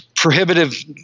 prohibitive